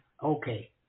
Okay